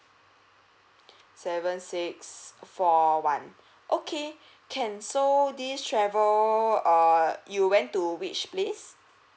seven six four one okay can so this travel err you went to which place